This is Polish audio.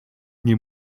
nie